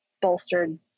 bolstered